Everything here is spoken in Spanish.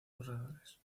corredores